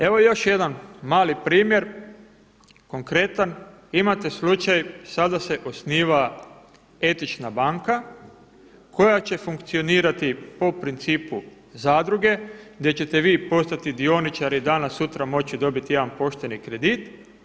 Evo još jedan mali primjer konkretan, imate slučaj sada se osniva etična banka koja će funkcionirati po principu zadruge gdje ćete vi postati dioničari, danas-sutra moći dobiti jedan pošteni kredit.